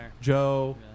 Joe